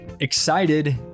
Excited